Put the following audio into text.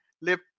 live